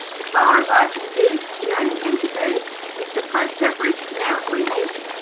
as far as i can see, the only thing to do is to punch every snout we meet,